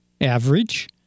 Average